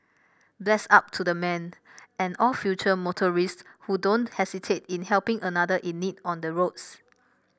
bless up to the man and all future motorists who don't hesitate in helping another in need on the roads